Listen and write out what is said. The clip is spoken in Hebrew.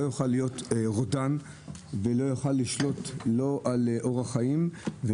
יוכל להיות רודן ולא יוכל לשלוט על אורח חיים או